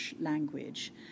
language